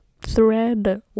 thread